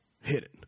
hidden